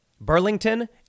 Burlington